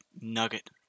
nugget